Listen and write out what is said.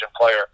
player